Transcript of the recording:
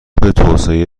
توسعه